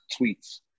tweets